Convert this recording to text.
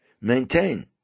maintain